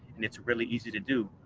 and it's really easy to do.